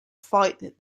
fight